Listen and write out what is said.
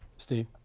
Steve